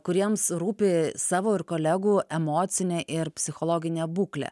kuriems rūpi savo ir kolegų emocinė ir psichologinė būklė